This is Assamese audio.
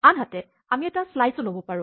আনহাতে আমি এটা শ্লাইচ ও ল'ব পাৰো